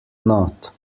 not